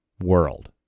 world